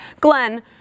Glenn